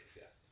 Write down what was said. Yes